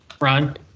Ron